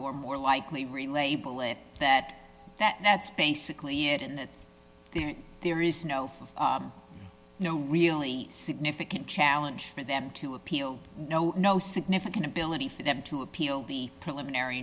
or more likely relabel it that that's basically it and that there is no no really significant challenge for them to appeal no no significant ability for them to appeal the preliminary